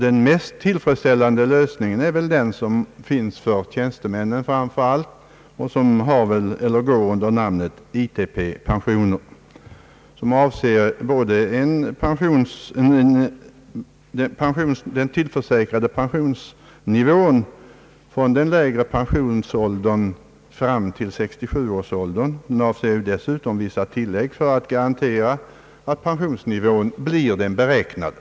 Den mest tillfredsställande lösningen är väl den som finns för framför allt tjänstemännen, som går under namnet ITP-pension och som avser både den tillförsäkrade pensionsnivån från den lägre pensionsåldern fram till 67-årsåldern och därtill vissa tillägg för att garantera att pensionsnivån blir den beräknade.